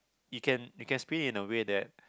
you can you can split it in a way that